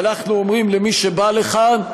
ואנחנו אומרים למי שבא לכאן: